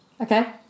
Okay